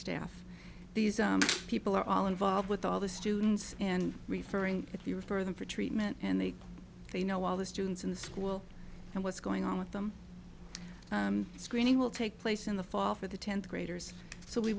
staff these people are all involved with all the students and referring if you refer them for treatment and they they know all the students in the school and what's going on with them screening will take place in the fall for the tenth graders so we